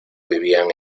vivían